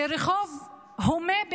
ברחוב הומה אנשים,